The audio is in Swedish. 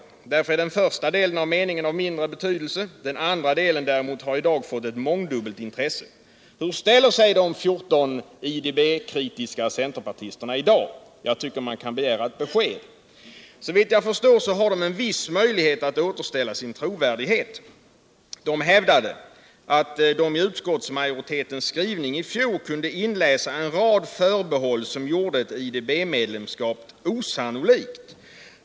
Därför är den första delen av meningen av mindre betydelse. Den andra delen däremot har i dag fått ett mångdubbelt intresse. Hur ställer sig de 14 IDB-kritiska centerpartisterna i dag? Jag tycker man kan begära ett besked. Såvitt jag förstår har de en viss möjlighet att återställa sin trovärdighet. De hävdade att de i utskottsmajoritetens skrivning i fjol kunde inläsa en rad förbehåll som gjorde ett IDB-medlecmskap osannolikt.